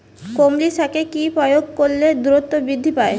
কলমি শাকে কি প্রয়োগ করলে দ্রুত বৃদ্ধি পায়?